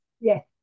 Yes